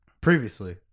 previously